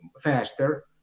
faster